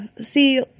See